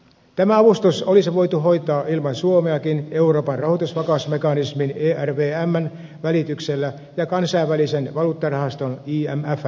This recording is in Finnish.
tämä avustus olisi voitu hoitaa ilman suomeakin euroopan rahoitusvakausmekanismin ervmn välityksellä ja kansainvälisen valuuttarahaston imfn tuella